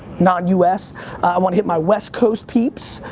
non us? i wanna hit my west coast peeps,